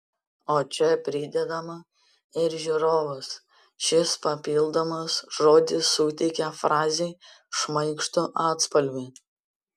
o čia pridedama ir žiūrovas šis papildomas žodis suteikia frazei šmaikštų atspalvį